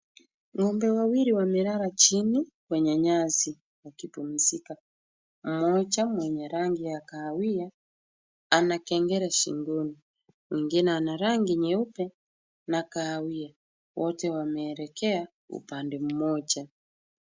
Ng'ombe wawili wamelala chini kwenye nyasi wakipumzika. Mmoja mwenye rangi ya kahawia ana kengele shingoni. Mwingine ana rangi nyeupe na kahawia. Wote wameelekea upande mmoja.